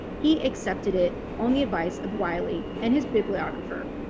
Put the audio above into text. he accepted it on the advice of wiley and his bibliographer,